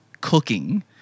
cooking